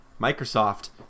Microsoft